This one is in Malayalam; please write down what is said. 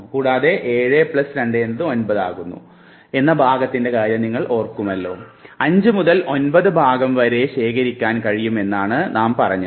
കൂടാതെ 7 പ്ലസ് 2 എന്നത് 9 ഉം ആകുന്നു എന്ന ഭാഗത്തിൻറെ കാര്യം നിങ്ങൾ ഓർക്കുന്നല്ലോ 5 മുതൽ 9 ഭാഗം വരെ ശേഖരിക്കാൻ കഴിയും എന്നാണ് നാം പറഞ്ഞത്